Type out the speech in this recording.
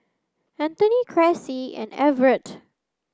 Antony Cressie and Everett